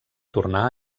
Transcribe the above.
tornar